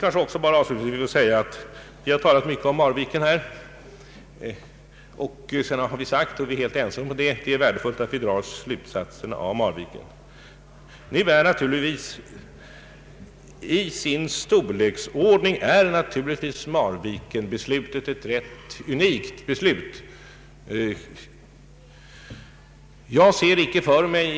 Avslutningsvis vill jag säga att vi ju här talat mycket om Marviken och att vi är helt ense om att det är värdefullt att dra slutsatserna av de erfarenheter vi vunnit av Marviken. Till sin storleksordning är naturligtvis beslutet om Marviken rätt unikt.